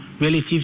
relative